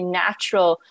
natural